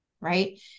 right